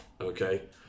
Okay